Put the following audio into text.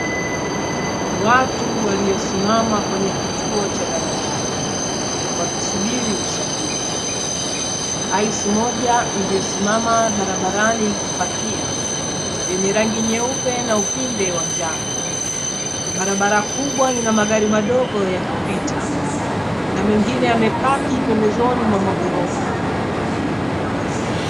Watu waliosimama kwenye kituo cha daladala, wakisubiri usafiri, haisi moja iliyosimama barabarani ikipakia yenye rangi nyeupe na upinde wa njano, barabara kubwa ina magari madogo yakipita na mengine yamepaki pembezoni mwa maghorofa.